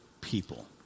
people